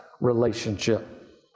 relationship